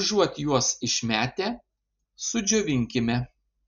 užuot juos išmetę sudžiovinkime